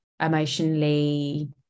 emotionally